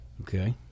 Okay